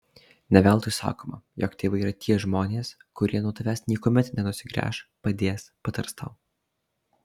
ne veltui sakoma jog tėvai yra tie žmonės kurie nuo tavęs niekuomet nenusigręš padės patars tau